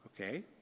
Okay